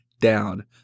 down